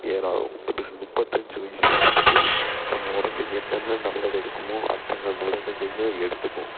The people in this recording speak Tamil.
ஏன்னால் முப்பது அஞ்சு வயது வரைக்கு நம்ம உடம்பு என்னென்ன நல்லது எடுக்குமோ அத்தனை நல்லதுங்களையும் எடுத்துக்கும்